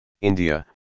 India